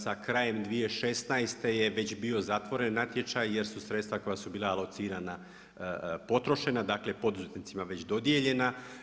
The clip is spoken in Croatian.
Sa krajem 2016. je već bio zatvoren natječaj jer su sredstva koja su bila alocirana potrošena, dakle poduzetnicima već dodijeljena.